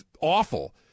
awful